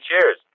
Cheers